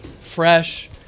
fresh